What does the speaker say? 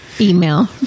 email